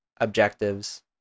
objectives